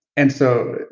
and so,